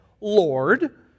Lord